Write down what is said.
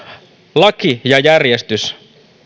laki ja järjestys